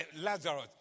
Lazarus